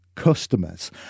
customers